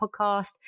podcast